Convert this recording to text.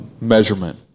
measurement